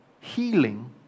Healing